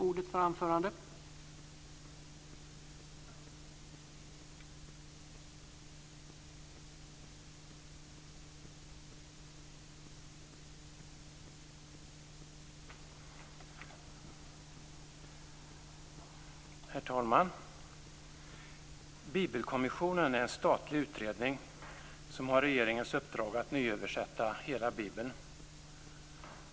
Herr talman! Bibelkommissionen är en statlig utredning som har regeringens uppdrag att nyöversätta hela Bibeln.